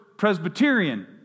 Presbyterian